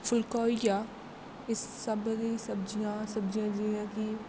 फुलका होइया एह् सब दी सब्जियां सब्जी जियां कि